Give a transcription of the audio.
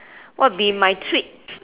what be my treat